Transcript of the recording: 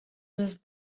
was